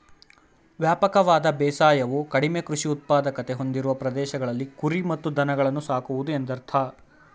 ವ್ಯಾಪಕವಾದ ಬೇಸಾಯವು ಕಡಿಮೆ ಕೃಷಿ ಉತ್ಪಾದಕತೆ ಹೊಂದಿರುವ ಪ್ರದೇಶಗಳಲ್ಲಿ ಕುರಿ ಮತ್ತು ದನಗಳನ್ನು ಸಾಕುವುದು ಎಂದರ್ಥ